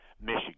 Michigan